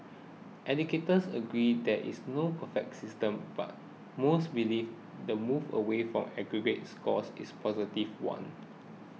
educators agree there is no perfect system but most believe the move away from aggregate scores is a positive one